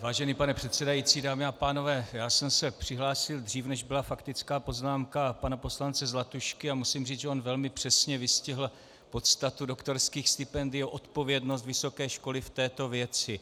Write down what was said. Vážený pane předsedající, dámy a pánové, já jsem se přihlásil dřív, než byla faktická poznámka pana poslance Zlatušky, a musím říct, že on velmi přesně vystihl podstatu doktorských stipendií, odpovědnost vysoké školy v této věci.